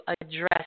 address